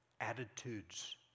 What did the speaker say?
attitudes